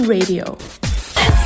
Radio